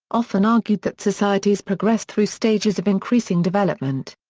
often argued that societies progressed through stages of increasing development.